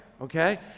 Okay